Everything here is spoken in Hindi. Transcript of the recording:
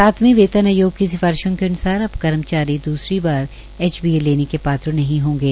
सातवें वेतन आयोग की सिफारिशों के अनुसार अब कर्मचारी दूसरी बार एचबीए लेने के पात्र नहीं होंगे